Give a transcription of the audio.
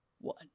one